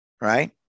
right